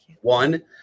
One